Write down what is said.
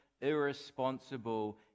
irresponsible